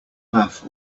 laugh